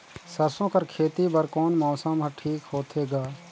सरसो कर खेती बर कोन मौसम हर ठीक होथे ग?